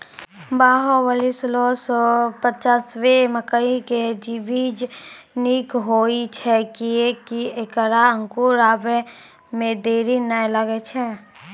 बाहुबली सोलह सौ पिच्छान्यबे मकई के बीज निक होई छै किये की ऐकरा अंकुर आबै मे देरी नैय लागै छै?